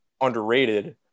underrated